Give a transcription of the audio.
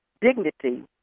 dignity